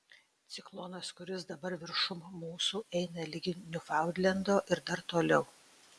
ciklonas kuris dabar viršum mūsų eina ligi niūfaundlendo ir dar toliau